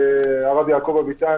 הרב יעקב אביטן,